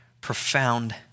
profound